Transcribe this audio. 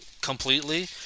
completely